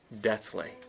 deathly